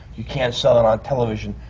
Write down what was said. you can't sell it on television,